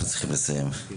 אנחנו צריכים לסיים.